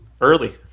Early